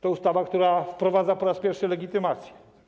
To ustawa, która wprowadza po raz pierwszy legitymację.